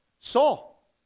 Saul